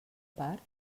part